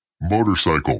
motorcycle